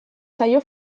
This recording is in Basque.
zaio